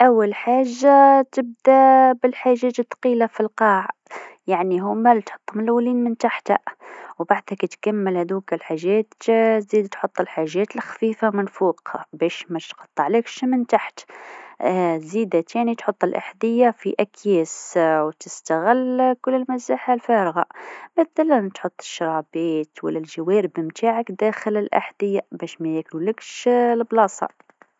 باش تحزم حقيبتك بكفاءة، أول حاجة تبدأ بالحاجات الثقيلة تحت، كيما الأحذية ولا الكتب. بعدين، رتّب الملابس بشكل رول عشان ما تاخدش بلاصة كبيرة. استغل الفراغات بين الحاجات باش تحط الأغراض الصغيرة. خلي الحاجات اللي تستعملها برشة في الأجزاء اللي تسهل الوصول ليها.